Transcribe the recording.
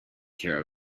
care